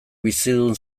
bizidun